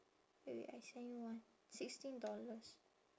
wait wait I send you one sixteen dollars